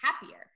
Happier